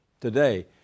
Today